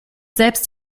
selbst